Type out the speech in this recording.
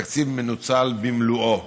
התקציב מנוצל במלואו.